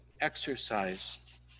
exercise